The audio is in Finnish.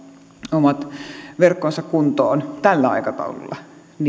omat verkkonsa kuntoon tällä aikataululla